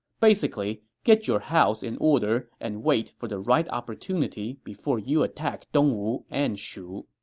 basically, get your house in order and wait for the right opportunity before you attack dongwu and shu.